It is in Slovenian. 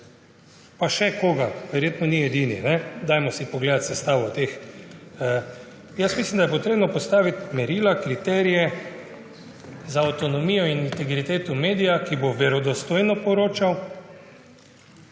Pa še koga, verjetno ni edini. Dajmo si pogledati to sestavo. Jaz mislim, da je treba postaviti merila, kriterije za avtonomijo in integriteto medija, ki bo verodostojno poročal.